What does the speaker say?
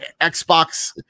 Xbox